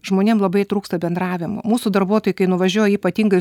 žmonėm labai trūksta bendravimo mūsų darbuotojai kai nuvažiuoja ypatingai